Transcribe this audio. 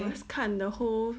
must 看 the whole